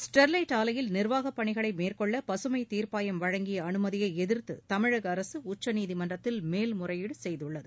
Sterlite நிர்வாகப் பணிகளைமேற்கொள்ளபசுமைத் ஆலையில் தீர்ப்பாயம் வழங்கியஅனுமதியைஎதிர்த்துதமிழகஅரசுஉச்சநீதிமன்றத்தில் மேல் முறையீடுசெய்துள்ளது